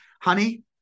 honey